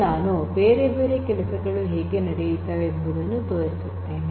ನಾನು ಈಗ ಬೇರೆ ಬೇರೆ ಕೆಲಸಗಳು ಹೇಗೆ ನಡೆಯುತ್ತವೆ ಎಂಬುದನ್ನು ತೋರಿಸುತ್ತೇನೆ